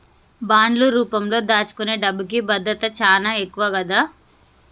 బాండ్లు రూపంలో దాచుకునే డబ్బుకి భద్రత చానా ఎక్కువ గదా